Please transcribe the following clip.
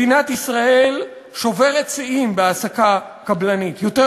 מדינת ישראל שוברת שיאים בהעסקה קבלנית: יותר